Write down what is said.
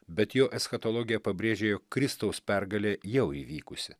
bet jo eschatologija pabrėžia jog kristaus pergalė jau įvykusi